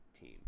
team